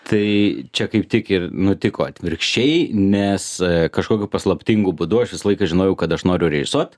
tai čia kaip tik ir nutiko atvirkščiai nes kažkokiu paslaptingu būdu aš visą laiką žinojau kad aš noriu režisuot